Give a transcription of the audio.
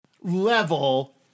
Level